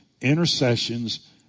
intercessions